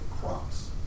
crops